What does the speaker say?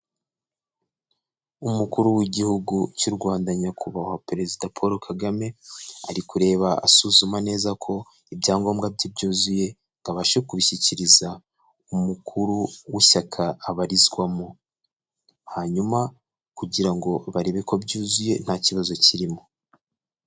Umukuru w'igihugu cy'u Rwanda nyakubahwa perezida Paul Kagame, ari kureba asuzuma neza ko ibyangombwa bye byuzuye ngo abashe kubishyikiriza umukuru w'ishyaka abarizwamo. Hanyuma kugira ngo barebe ko byuzuye nta kibazo kirimo.